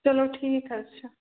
چلو ٹھیٖک حظ چھُ